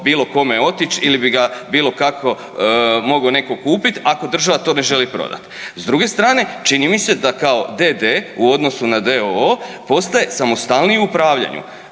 bilo kome otići ili bi ga bilo kako mogao netko kupiti, ako država to ne želi prodati. S druge strane, čini mi se da kao d.d. u odnosu na d.o.o. postaje samostalniji u upravljanju.